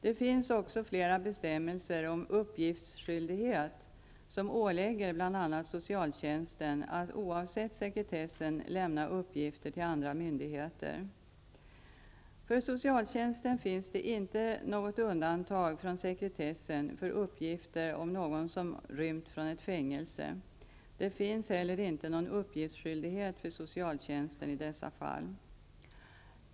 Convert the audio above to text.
Det finns också flera bestämmelser om uppgiftsskyldighet som ålägger bl.a. socialtjänsten att oavsett sekretessen lämna uppgifter till andra myndigheter. För socialtjänsten finns det inte något undantag från sekretessen för uppgifter om någon som rymt från ett fängelse. Det finns heller inte någon uppgiftsskyldighet för socialtjänsten i dessa fall.